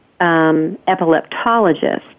epileptologist